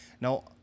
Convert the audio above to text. Now